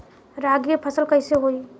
रागी के फसल कईसे होई?